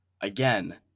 again